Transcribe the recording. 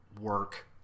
work